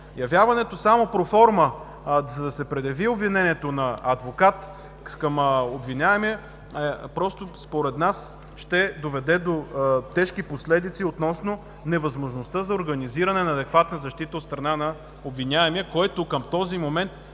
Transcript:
Явяването само проформа – за да се предяви обвинението на адвокат към обвиняемия, според нас просто ще доведе до тежки последици относно невъзможността за организиране на адекватна защита от страна на обвиняемия, който към този момент все